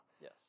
Yes